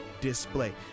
display